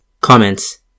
Comments